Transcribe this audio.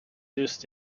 used